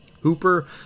hooper